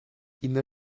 ina